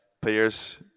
players